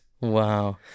Wow